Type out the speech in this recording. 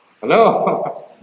hello